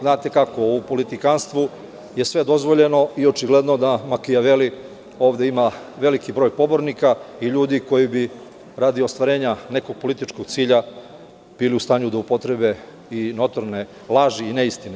Znate kako, u politikanstvu je sve dozvoljeno i očigledno da Makijaveli ovde ima veliki broj pobornika i ljudi koji bi radi ostvarenja nekog političkog cilja, bili u stanju da upotrebe i notorne laži i neistine.